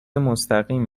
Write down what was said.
مستقیم